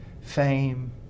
fame